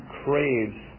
craves